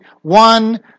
one